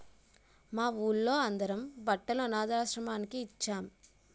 మా వూళ్ళో అందరం బట్టలు అనథాశ్రమానికి ఇచ్చేం